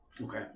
Okay